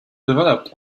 developed